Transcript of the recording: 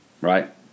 right